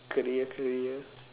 career career